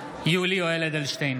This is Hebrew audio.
(קורא בשמות חברי הכנסת) יולי יואל אדלשטיין,